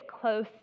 close